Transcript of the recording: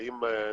למגעים נוספים.